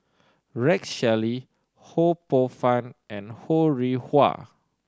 Rex Shelley Ho Poh Fun and Ho Rih Hwa